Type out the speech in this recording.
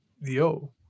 yo